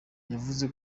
yavuze